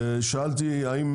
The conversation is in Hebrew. שאלתי האם